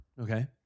Okay